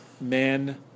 men